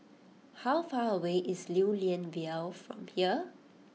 how far away is Lew Lian Vale from here